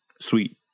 sweet